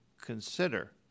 consider